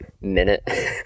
minute